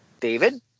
David